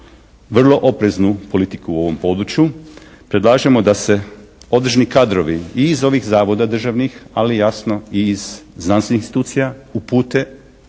vrlo opreznu politiku u ovom području. Predlažemo da se određeni kadrovi i iz ovih zavoda državnih, ali jasno i iz znanstvenih institucija upute